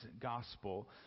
gospel